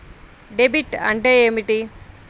Debit అంటే ఏమిటి?